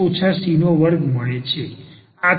આથી તે બંને બાજુથી દૂર થાય છે